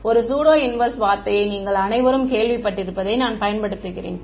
ஒரு pseudo inverse வார்த்தையை நீங்கள் அனைவரும் கேள்விப்பட்டிருப்பதை நான் பயன்படுத்துகிறேன்